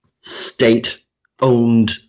state-owned